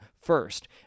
first